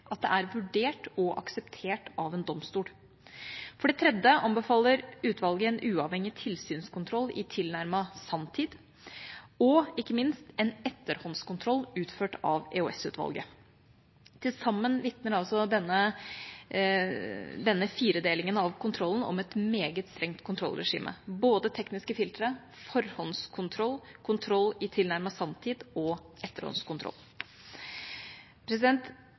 at det er vurdert og akseptert av en domstol. For det tredje anbefaler utvalget en uavhengig tilsynskontroll i tilnærmet sanntid, og ikke minst en etterhåndskontroll utført av EOS-utvalget. Til sammen vitner altså denne firedelingen av kontrollen om et meget strengt kontrollregime – både tekniske filtre, forhåndskontroll, kontroll i tilnærmet sanntid og